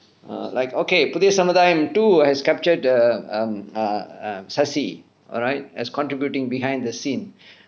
err like okay Puthiya Samuthayam samuthaayam two has captured the um err err sasi alright as contributing behind the scene